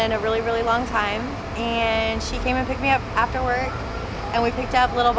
and a really really long time and she came and picked me up afterward and we picked up a little